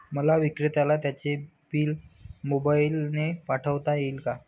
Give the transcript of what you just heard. मला विक्रेत्याला त्याचे बिल मोबाईलने पाठवता येईल का?